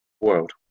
world